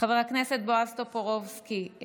חבר הכנסת בועז טופורובסקי,